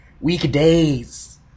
weekdays